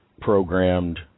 programmed